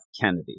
Kennedy